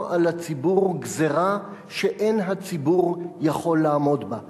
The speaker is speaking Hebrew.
על הציבור גזירה שאין הציבור יכול לעמוד בה.